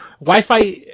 Wi-Fi